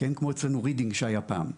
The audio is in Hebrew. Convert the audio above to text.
כמו אצלי רידינג שהיה פעם.